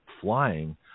flying